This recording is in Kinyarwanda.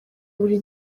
buri